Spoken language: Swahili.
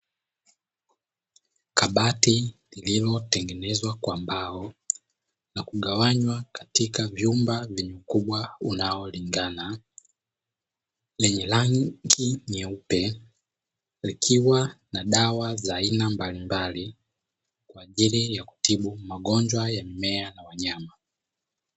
Kabati lilotengenezwa kwa mbao na kugawanywa katika vyumba vyenye ukubwa unaolingana, lenye rangi nyeupe likiwa na dawa za aina mbalimbali kwa ajili ya kutibu magonjwa ya mimea na wanyama.